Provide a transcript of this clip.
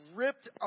ripped